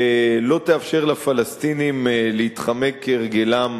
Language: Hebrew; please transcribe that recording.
שלא תאפשר לפלסטינים להתחמק כהרגלם